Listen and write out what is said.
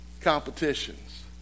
competitions